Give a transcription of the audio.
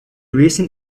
recent